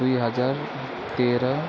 दुई हजार तेह्र